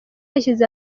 yashyize